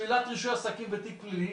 שלילת רישוי עסקים ותיק פלילי,